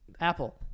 Apple